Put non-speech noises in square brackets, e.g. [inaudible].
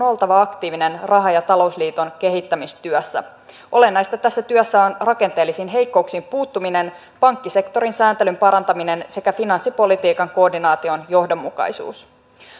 [unintelligible] oltava aktiivinen raha ja talousliiton kehittämistyössä olennaista tässä työssä on rakenteellisiin heikkouksiin puuttuminen pankkisektorin sääntelyn parantaminen sekä finanssipolitiikan koordinaation johdonmukaisuus